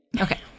Okay